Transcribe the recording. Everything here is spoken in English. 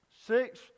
six